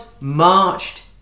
marched